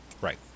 Right